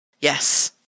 Yes